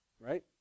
right